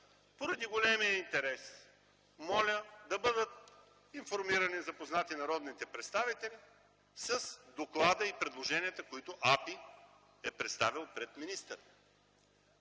поради големия интерес, моля да бъдат информирани и запознати народните представители с доклада и предложенията, които АПИ е представил пред министъра.”